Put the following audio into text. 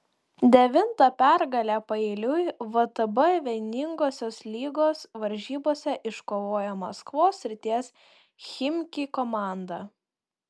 devintą pergalę paeiliui vtb vieningosios lygos varžybose iškovojo maskvos srities chimki komanda